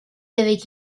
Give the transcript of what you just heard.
avec